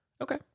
Okay